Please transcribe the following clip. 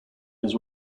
his